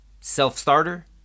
self-starter